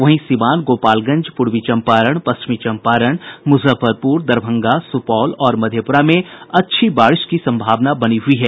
वहीं सीवान गोपालगंज पूर्वी चम्पारण पश्चिमी चम्पारण मुजफ्फरपुर दरभंगा सुपौल और मधेपुरा में अच्छी बारिश की सम्भावना बनी हुई है